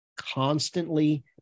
constantly